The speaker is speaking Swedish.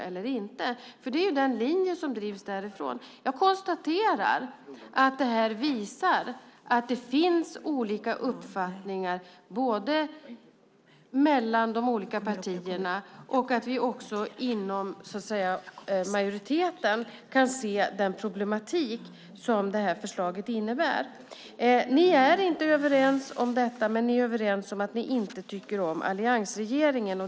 Det är den linje som drivs därifrån. Det här visar att det finns olika uppfattningar mellan de olika partierna. Vi inom majoriteten kan se den problematik som förslaget innebär. Ni är inte överens om detta, men ni är överens om att ni inte tycker om alliansregeringen.